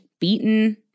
beaten